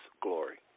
glory